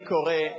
אני קורא,